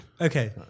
Okay